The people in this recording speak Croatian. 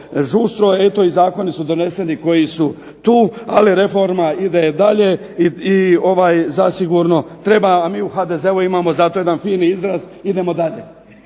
žustro. Eto i zakoni su doneseni koji su tu, ali reforma ide dalje i zasigurno treba. A mi u HDZ-u imamo jedan fini izraz "Idemo dalje!"